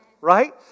Right